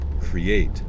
create